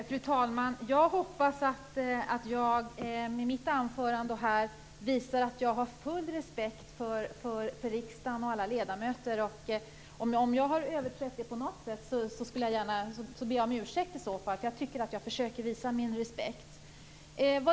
Fru talman! Jag hoppas att jag även med mitt anförande visade att jag har full respekt för riksdagen och alla ledamöter. Om jag har felat på något sätt ber jag om ursäkt. Jag försöker att visa min respekt.